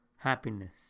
Happiness